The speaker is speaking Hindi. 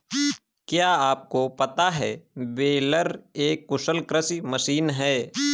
क्या आपको पता है बेलर एक कुशल कृषि मशीन है?